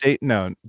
No